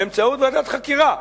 באמצעות ועדת חקירה,